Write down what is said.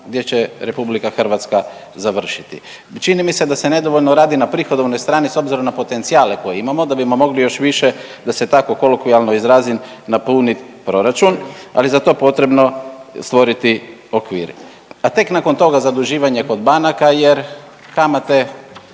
gdje će RH završiti. Čini mi se da se nedovoljno radi na prihodovnoj strani s obzirom na potencijale koje imamo da bimo mogli još više da se tako kolokvijalno izrazim napunit proračun, ali za to je potrebno stvoriti okvir, a tek nakon toga zaduživanje kod banaka jer kamate